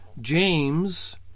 James